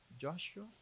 Joshua